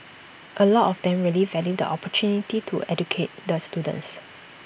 A lot of them really value the opportunity to educate the students